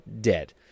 Dead